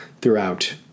throughout